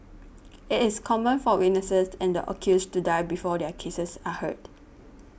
it is common for witnesses and the accused to die before their cases are heard